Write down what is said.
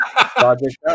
Project